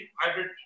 hybrid